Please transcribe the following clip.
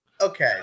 okay